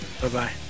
bye-bye